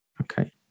Okay